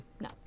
No